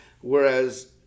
Whereas